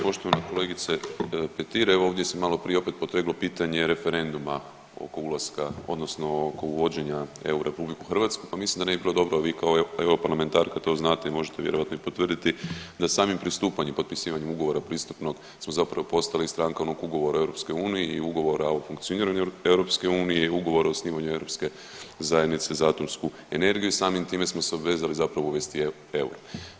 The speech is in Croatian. Poštovana kolegice Petir, evo ovdje se maloprije opet poteglo pitanje referenduma oko ulaska odnosno oko uvođenja eura u RH pa mislim da ne bi bilo dobro, a vi kao europarlamentarka to znate i možete vjerojatno i potvrditi da samim pristupanjem, potpisivanjem ugovora pristupnog smo zapravo postali onog ugovora o EU i ugovora o funkcioniranju EU i ugovora o osnivanju Europske zajednice za atomsku energiju i samim time smo se obvezali zapravo uvesti euro.